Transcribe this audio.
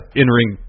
in-ring